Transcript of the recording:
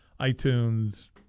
iTunes